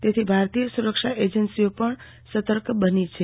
તેથી ભારતીય સુરક્ષા એજન્સીઓ પણ સતર્ક બની છે